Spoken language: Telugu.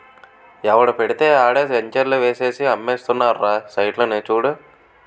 ఎవడు పెడితే ఆడే ఎంచర్లు ఏసేసి అమ్మేస్తున్నారురా సైట్లని చూడు